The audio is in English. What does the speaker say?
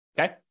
Okay